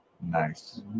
Nice